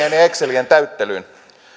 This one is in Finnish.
ja excelien täyttelyyn